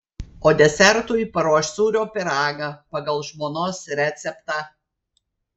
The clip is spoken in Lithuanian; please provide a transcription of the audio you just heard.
o desertui paruoš sūrio pyragą pagal žmonos receptą